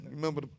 Remember